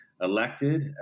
elected